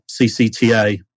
CCTA